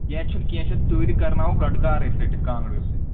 کیٚنٛہہ چھُنہٕ کیٚنٛہہ چھُنہٕ تۭرِ کَرناوَو گَٹہٕ کار أسۍ رٔٹِتھ کانٛگریٚو سۭتۍ